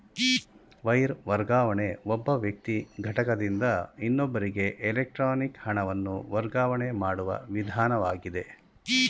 wire ವರ್ಗಾವಣೆ ಒಬ್ಬ ವ್ಯಕ್ತಿ ಘಟಕದಿಂದ ಇನ್ನೊಬ್ಬರಿಗೆ ಎಲೆಕ್ಟ್ರಾನಿಕ್ ಹಣವನ್ನು ವರ್ಗಾವಣೆ ಮಾಡುವ ವಿಧಾನವಾಗಿದೆ